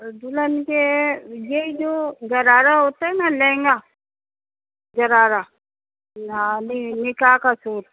دلہن کے یہی جو رارہ ہوتا ہے نا لہنگا رارہ نکا کا سوٹ